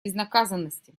безнаказанности